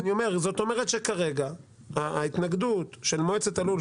זאת אומרת שכרגע ההתנגדות של מועצת הלול,